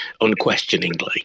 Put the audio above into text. unquestioningly